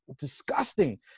disgusting